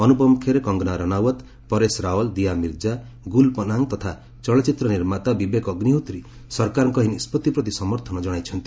ଅନୁପମ୍ ଖେର୍ କଙ୍ଗନା ରଣାଓ୍ୱତ୍ ପରେଶ ରାଓ୍ୱଲ୍ ଦୀୟା ମିର୍ଜା ଗୁଲ୍ ପନାଙ୍ଗ ତଥା ଚଳଚ୍ଚିତ୍ର ନିର୍ମାତା ବିବେକ ଅଗ୍ନିହୋତ୍ରୀ ସରକାରଙ୍କ ଏହି ନିଷ୍ପଭି ପ୍ରତି ସମର୍ଥନ ଜଣାଇଛନ୍ତି